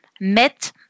met